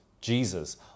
Jesus